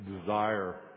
Desire